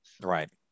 Right